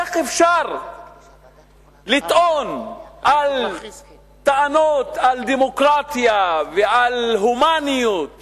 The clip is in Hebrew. איך אפשר לטעון טענות על דמוקרטיה ועל הומניות